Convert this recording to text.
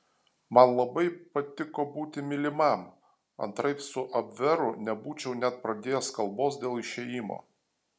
man labai patiko būti mylimam antraip su abveru nebūčiau net pradėjęs kalbos dėl išėjimo